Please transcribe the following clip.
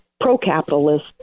Pro-capitalist